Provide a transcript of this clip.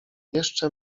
jeszcze